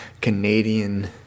Canadian